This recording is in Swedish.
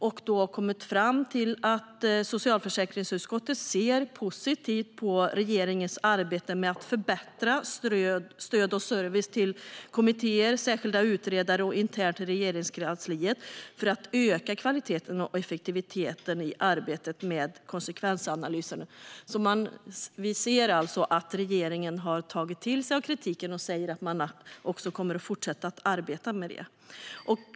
Vi har kommit fram till att vi i socialförsäkringsutskottet ser positivt på regeringens arbete med att förbättra stöd och service till kommittéer, särskilda utredare och internt i Regeringskansliet för att öka kvaliteten och effektiviteten i arbetet med konsekvensanalyser. Vi ser alltså att regeringen har tagit till sig av kritiken och säger att man kommer att fortsätta att arbeta med detta.